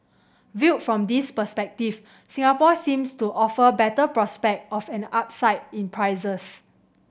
viewed from this perspective Singapore seems to offer better prospects of an upside in prices